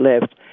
left